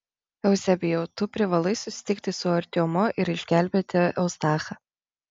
euzebijau tu privalai susitikti su artiomu ir išgelbėti eustachą